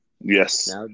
Yes